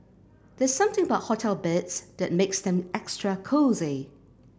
there's something about hotel beds that makes them extra cosy